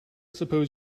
suppose